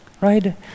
right